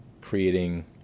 creating